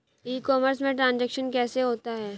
ई commerce में transaction कैसे होता है?